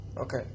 Okay